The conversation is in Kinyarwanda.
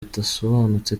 bidasobanutse